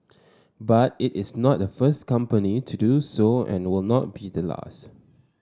but it is not the first company to do so and were not be the last